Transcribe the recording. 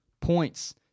Points